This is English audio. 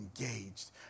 engaged